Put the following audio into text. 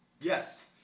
Yes